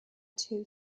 two